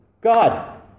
God